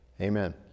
Amen